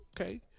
Okay